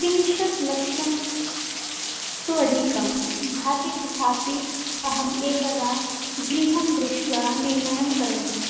त्रिंशत् लक्षं तु अधिकं भाति तु भाति अहम् एकदा गृहं दृष्ट्वा निर्णयं करोमि